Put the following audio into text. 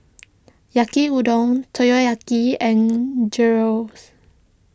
Yaki Udon Takoyaki and Gyros